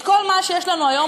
את כל מה שיש לנו היום,